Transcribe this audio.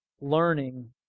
learning